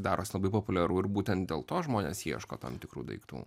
darosi labai populiaru ir būtent dėl to žmonės ieško tam tikrų daiktų